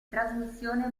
trasmissione